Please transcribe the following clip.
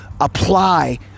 apply